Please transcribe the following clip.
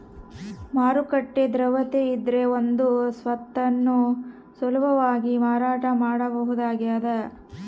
ಮಾರುಕಟ್ಟೆ ದ್ರವ್ಯತೆಯಿದ್ರೆ ಒಂದು ಸ್ವತ್ತನ್ನು ಸುಲಭವಾಗಿ ಮಾರಾಟ ಮಾಡಬಹುದಾಗಿದ